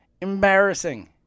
Embarrassing